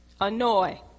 Annoy